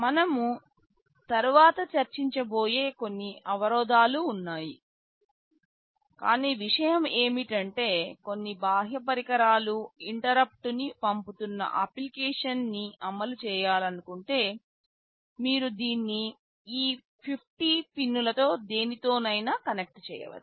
మనము తరువాత చర్చించబోయే కొన్ని అవరోధాలు ఉన్నాయి కాని విషయం ఏమిటంటే కొన్ని బాహ్య పరికరాలు ఇంటరుప్పుట్ ని పంపుతున్న అప్లికేషన్నీ అమలు చేయాలనుకుంటే మీరు దీన్ని ఈ 50 పిన్లలో దేనితోనైనా కనెక్ట్ చేయవచ్చు